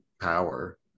power